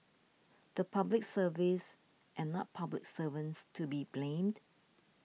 the Public Service and not public servants to be blamed